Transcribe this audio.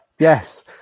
Yes